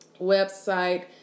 website